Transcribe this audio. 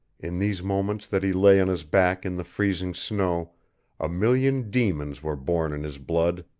in these moments that he lay on his back in the freezing snow a million demons were born in his blood.